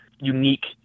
unique